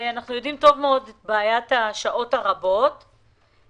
שאנחנו יודעים טוב מאוד את בעיית שעות העבודה הרבות שלהם,